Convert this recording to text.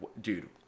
dude